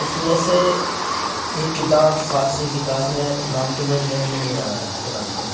اس میں سے ایک کتاب فارسی کی کتاب ہے نام تو میرے ذہن میں نہیں آ رہا ہے فی الحال تو